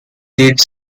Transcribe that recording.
its